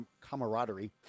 camaraderie